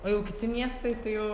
o jau kiti miestai tai jau